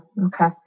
Okay